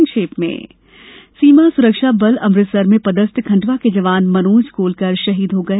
संक्षिप्त समाचार सीमा सुरक्षा बल अमृतसर में पदस्थ खंडवा के जवान मनोज गोलकर शहीद हो गए